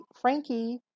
Frankie